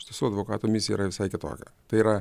iš tiesų advokato misija yra visai kitokia tai yra